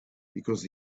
because